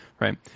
right